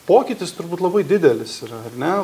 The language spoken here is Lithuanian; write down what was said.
pokytis turbūt labai didelis iyra ar ne